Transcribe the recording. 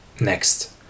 Next